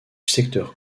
secteur